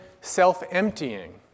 self-emptying